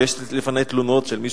ויש לפני תלונות של מישהו,